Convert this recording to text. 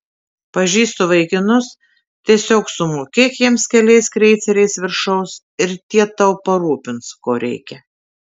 pažįstu vaikinus tiesiog sumokėk jiems keliais kreiceriais viršaus ir tie tau parūpins ko reikia